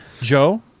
Joe